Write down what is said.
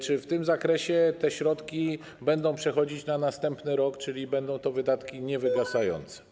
Czy w tym zakresie te środki będą przechodzić na następny rok, czyli będą to wydatki niewygasające?